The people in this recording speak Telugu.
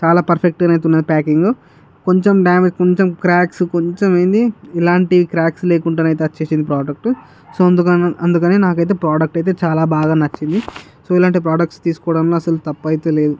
చాలా పర్ఫెక్ట్గానైతే ఉన్నది ప్యాకింగు కొంచెం డ్యామే కొంచెం క్రాక్స్ కొంచెం అయిందీ ఇలాంటి క్రాక్స్ లేకుంటానైతే వచ్చేసింది ప్రోడక్టు సో అందుకు అందుకని నాకైతే ప్రోడక్ట్ అయితే చాలా బాగా నచ్చింది సో ఇలాంటి ప్రోడక్ట్స్ తీసుకోవడంలో అస్సలు తప్పయితే లేదు